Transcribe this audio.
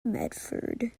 medford